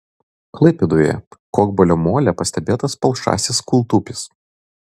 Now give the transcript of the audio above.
klaipėdoje kopgalio mole pastebėtas palšasis kūltupis